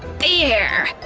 there!